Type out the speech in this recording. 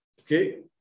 Okay